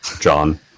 John